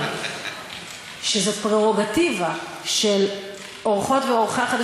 זה נוגע ללבי.